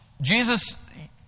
Jesus